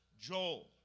Joel